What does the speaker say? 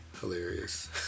hilarious